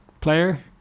player